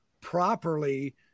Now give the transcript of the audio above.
properly